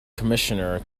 commissioner